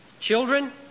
Children